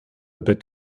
bit